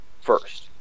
first